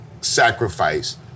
sacrifice